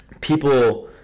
people